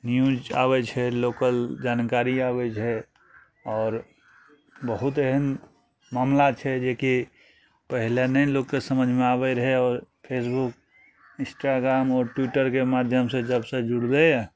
news आबय छै local जानकरी आबय छै आओर बहुत एहन मामला छै जेकी पहिले नहि लोकके समझमे आबय रहय आओर फेसबुक इंस्ट्राग्राम आओर ट्विटरके माध्यमसँ जबसँ जुड़लइए